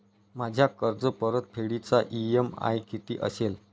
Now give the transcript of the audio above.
माझ्या कर्जपरतफेडीचा इ.एम.आय किती असेल?